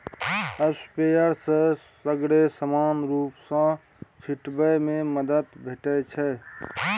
sprayer सँ सगरे समान रुप सँ छीटब मे मदद भेटै छै